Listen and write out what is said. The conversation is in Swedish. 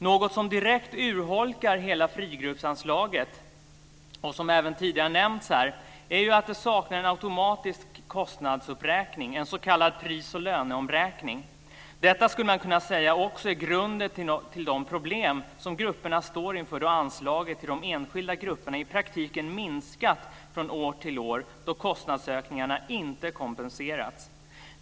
Något som direkt urholkar hela frigruppsanslaget och som även tidigare nämnts är att det saknar en automatisk kostnadsuppräkning, en s.k. pris och löneomräkning. Detta skulle man kunna säga också är grunden till de problem som grupperna står inför då anslaget till de enskilda grupperna i praktiken minskat från år till år då kostnadsökningarna inte kompenserats.